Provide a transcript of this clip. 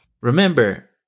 remember